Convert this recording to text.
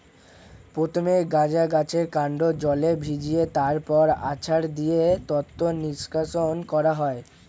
প্রথমে গাঁজা গাছের কান্ড জলে ভিজিয়ে তারপর আছাড় দিয়ে তন্তু নিষ্কাশণ করা হয়